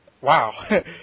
wow